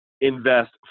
invest